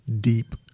deep